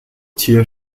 tier